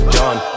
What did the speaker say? done